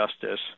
justice